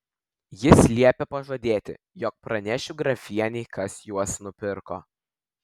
jis liepė pažadėti jog pranešiu grafienei kas juos nupirko